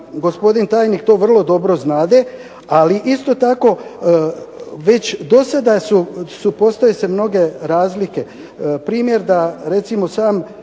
gospodin tajnik to vrlo dobro znade, ali isto tako već do sada postoje mnoge razlike. Primjer da recimo sam